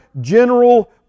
general